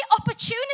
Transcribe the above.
opportunity